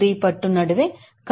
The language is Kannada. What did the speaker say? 3 ಪಟ್ಟು ನಡುವೆ ಕಾಣಬಹುದು